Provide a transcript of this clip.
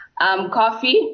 coffee